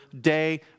day